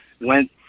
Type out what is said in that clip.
went